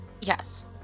Yes